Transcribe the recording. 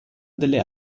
delle